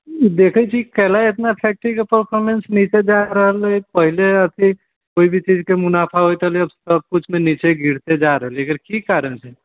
देखै छी काहे लए इतना फेक्टरी के पर्फोर्मेंस ले के जा रहलइए पहले जे जे चीज के मुनाफा होइ छलै सबकिछुमे नीचे गिरते जा रहलैए एकर की कारण छै